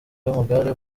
w’amagare